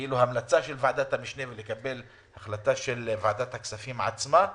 המלצה של ועדת המשנה ולקבל החלטה של ועדת הכספים עצמה.